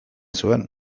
zuen